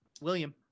William